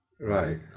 Right